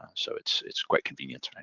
ah so it's it's quite convenient today.